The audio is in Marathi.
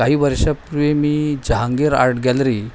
काही वर्षापूर्वी मी जहांगीर आर्ट गॅलरी